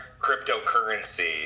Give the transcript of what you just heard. cryptocurrency